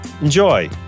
Enjoy